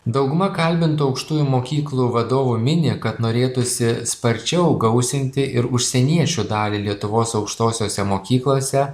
dauguma kalbintų aukštųjų mokyklų vadovų mini kad norėtųsi sparčiau gausinti ir užsieniečių dalį lietuvos aukštosiose mokyklose